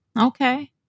Okay